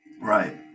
right